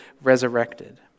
resurrected